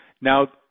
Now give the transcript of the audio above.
Now